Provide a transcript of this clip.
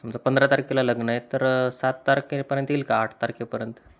समजा पंधरा तारखेला लग्न आहे तर सात तारखेपर्यंत येईल का आठ तारखेपर्यंत